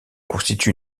constitue